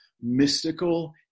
mystical